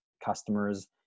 Customers